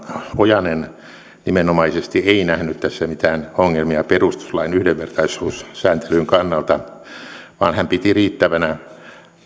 ojanen nimenomaisesti ei nähnyt tässä mitään ongelmia perustuslain yhdenvertaisuussääntelyn kannalta vaan hän piti riittävänä